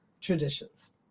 traditions